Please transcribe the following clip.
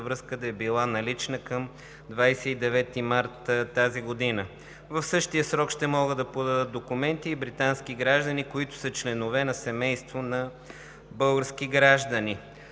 В същия срок ще могат да подадат документи и британски граждани, които са членове на семейства на български граждани.